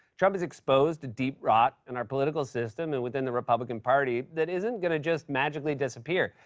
trump has exposed a deep rot in our political system and within the republican party that isn't going to just magically disappear.